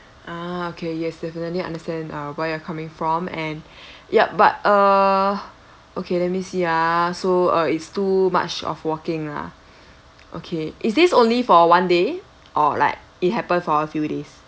ah okay yes definitely understand uh where you're coming from and yup but uh okay let me see ah so uh it's too much of walking lah okay is this only for one day or like it happen for a few days